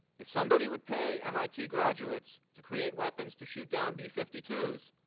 if somebody would pay mit graduates to create weapons to shoot down b fifty two s,